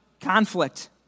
conflict